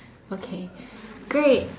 okay great